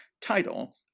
title